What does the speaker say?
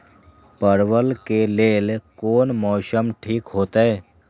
परवल के लेल कोन मौसम ठीक होते?